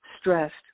stressed